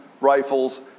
rifles